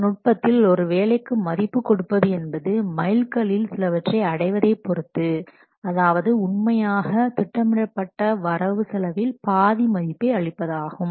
இந்த நுட்பத்தில் ஒரு வேலைக்கு மதிப்பு கொடுப்பது என்பது மைல் கல்லில் சிலவற்றை அடைவதை பொருத்து அதாவது உண்மையாக திட்டமிட்ட வரவு செலவில் பாதி மதிப்பை அளிப்பதாகும்